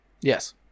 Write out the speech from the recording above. Yes